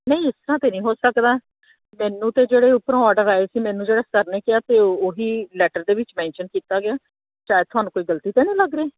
ਨਹੀਂ ਇਸ ਤਰ੍ਹਾਂ ਤਾਂ ਨਹੀਂ ਹੋ ਸਕਦਾ ਮੈਨੂੰ ਤਾਂ ਜਿਹੜੇ ਉੱਪਰੋਂ ਆਰਡਰ ਆਏ ਸੀ ਮੈਨੂੰ ਜਿਹੜਾ ਸਰ ਨੇ ਕਿਹਾ ਵੀ ਉਹੀ ਲੈਟਰ ਦੇ ਵਿੱਚ ਮੈਂਸ਼ਨ ਕੀਤਾ ਗਿਆ ਸ਼ਾਇਦ ਤੁਹਾਨੂੰ ਕੋਈ ਗਲਤੀ ਤਾਂ ਨਹੀਂ ਲੱਗ ਰਹੀ